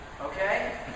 Okay